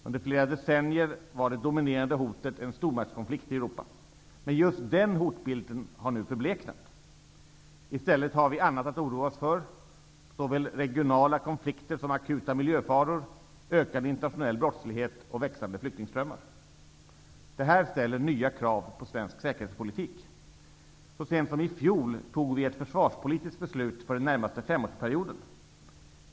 Under flera decennier var det dominerande hotet en stormaktskonflikt i Europa, men just den hotbilden har nu förbleknat. I stället har vi annat att oroa oss för; såväl regionala konflikter som akuta miljöfaror, ökad internationell brottslighet och växande flyktingströmmar. Det här ställer nya krav på svensk säkerhetspolitik. Så sent som i fjol fattade vi ett försvarspolitiskt beslut för den närmaste femårsperioden.